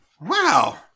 Wow